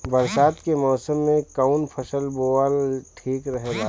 बरसात के मौसम में कउन फसल बोअल ठिक रहेला?